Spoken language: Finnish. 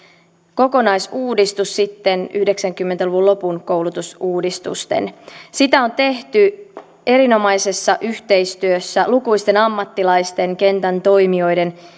kokonaisuudistus sitten yhdeksänkymmentä luvun lopun koulutusuudistusten sitä on tehty erinomaisessa yhteistyössä lukuisten ammattilaisten kentän toimijoiden